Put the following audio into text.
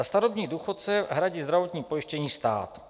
Za starobní důchodce hradí zdravotní pojištění stát.